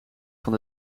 van